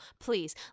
please